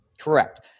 Correct